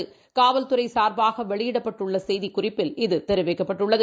இது தொடர்பாககாவல்துறைசா்பாகவெளியிடப்பட்டுள்ளசெய்திக்குறிப்பில் தெரிவிக்கப்பட்டுள்ளது